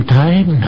time